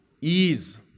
ease